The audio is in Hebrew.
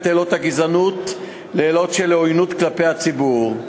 עילות הגזענות לעילות של עוינות כלפי ציבור,